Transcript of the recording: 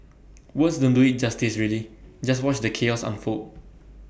words don't do IT justice really just watch the chaos unfold